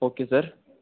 okay sir